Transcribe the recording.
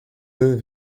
deux